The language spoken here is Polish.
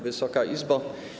Wysoka Izbo!